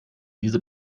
diese